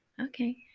Okay